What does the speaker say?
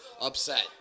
upset